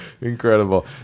incredible